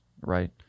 right